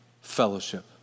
fellowship